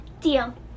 Deal